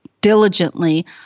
diligently